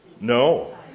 No